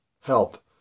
help